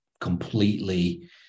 completely